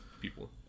people